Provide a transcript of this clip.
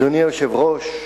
אדוני היושב-ראש,